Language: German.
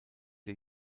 der